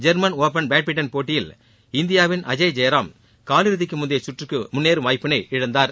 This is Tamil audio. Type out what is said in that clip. ஜெர்மன் ஒபன் பேட்மின்டன் போட்டியில் இந்தியாவின் அஜய் ஜெயராம் காலிறுதிக்கு முந்தைய சுற்றுக்கு முன்னேறும் வாய்ப்பினை இழந்தார்